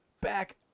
back